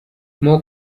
more